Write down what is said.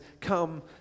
come